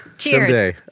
Cheers